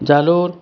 Jalore